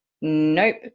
nope